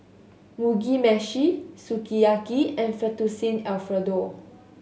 Mugi Meshi Sukiyaki and Fettuccine Alfredo